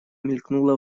мелькнула